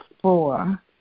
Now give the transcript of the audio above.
four